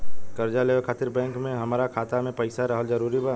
कर्जा लेवे खातिर बैंक मे हमरा खाता मे पईसा रहल जरूरी बा?